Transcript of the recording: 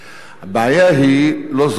הבעיה היא לא זאת, אדוני.